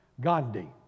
Gandhi